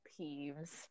peeves